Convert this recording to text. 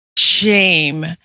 shame